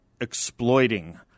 exploiting